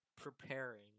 Preparing